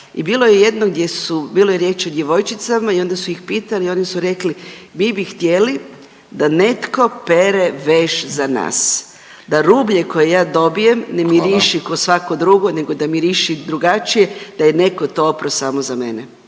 i bilo je jedno gdje su, bilo je riječ o djevojčicama i onda su ih pitali, oni su rekli, mi bi htjeli da netko pere veš za nas. Da rublje koje ja dobijem ne miriši .../Upadica: Hvala./... kao svako drugo nego da miriši drugačije, da je netko to oprao samo za mene.